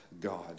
God